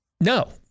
No